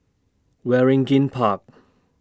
Waringin Park